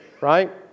Right